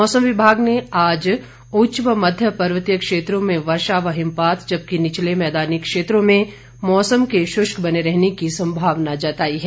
मौसम विभाग ने आज उच्च व मध्यपर्वतीय क्षेत्रों में वर्षा व हिमपात जबकि निचले मैदानी इलाकों में मौसम के शुष्क बने रहने की संभावना जताई है